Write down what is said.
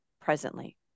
presently